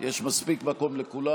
יש מספיק מקום לכולם.